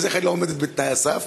אז היא לא עומדת בתנאי הסף?